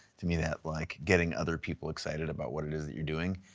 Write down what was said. to me that like getting other people excited about what it is that you're doing.